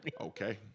Okay